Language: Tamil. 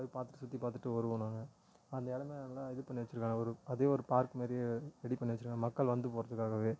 போய் பார்த்துட்டு சுற்றி பார்த்துட்டு வருவோம் நாங்கள் அந்த இடமே நல்லா இது பண்ணி வச்சுருக்காங்க ஒரு அதே ஒரு பார்க் மாதிரியே ரெடி பண்ணி வச்சுருக்காங்க மக்கள் வந்து போகிறதுக்காகவே